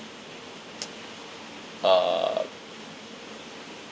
uh